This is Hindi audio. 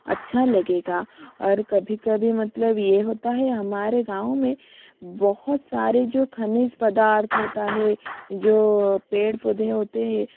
अच्छा लगेगा और कभी कभी मतलब ये होता है हमारे गाँव में बहुत सारे जो खनिज पदार्थ होते हैं जो पेड़ पौधे होते हैं